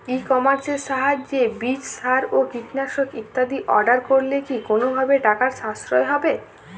ই কমার্সের সাহায্যে বীজ সার ও কীটনাশক ইত্যাদি অর্ডার করলে কি কোনোভাবে টাকার সাশ্রয় হবে?